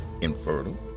infertile